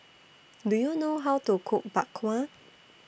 Do YOU know How to Cook Bak Kwa